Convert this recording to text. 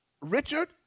Richard